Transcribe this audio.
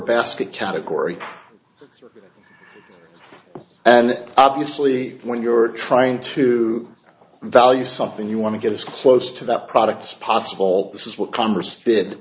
basket category and obviously when you're trying to value something you want to get as close to that product possible this is what co